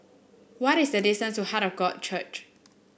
what is the distance to Heart of God Church